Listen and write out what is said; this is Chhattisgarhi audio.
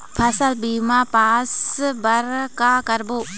फसल बीमा पास बर का करबो?